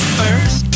first